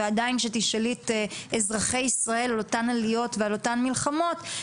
ועדין כשתשאלי את אזרחי ישראל על אותן עליות ועל אותן מלחמות,